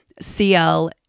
CL